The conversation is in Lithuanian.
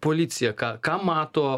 policiją ką ką mato